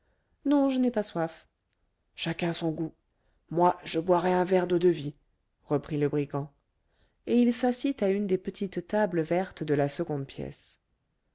non je n'ai pas soif chacun son goût moi je boirai un verre d'eau-de-vie reprit le brigand et il s'assit à une des petites tables vertes de la seconde pièce